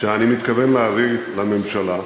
שאני מתכוון להביא לממשלה,